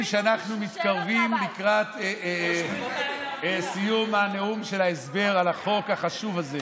שאנחנו מתקרבים לקראת סיום הנאום של ההסבר על החוק החשוב הזה,